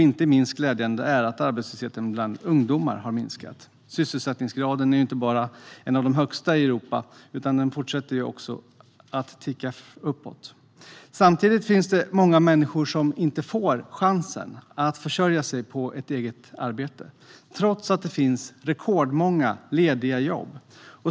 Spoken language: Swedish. Inte minst glädjande är att arbetslösheten bland ungdomar har minskat. Sysselsättningsgraden är inte bara en av de högsta i Europa, utan den fortsätter också att ticka uppåt. Samtidigt finns det många människor som inte får chansen att försörja sig på ett eget arbete trots att det finns rekordmånga lediga jobb.